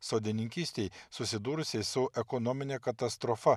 sodininkystei susidūrusiai su ekonomine katastrofa